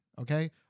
okay